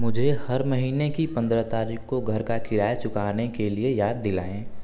मुझे हर महीने की पंद्रह तारीख़ को घर का किराया चुकाने के लिए याद दिलाएँ